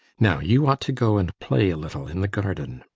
now you ought to go and play a little in the garden.